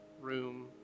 room